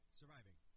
surviving